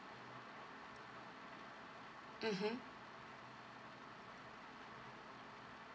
mmhmm